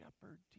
shepherd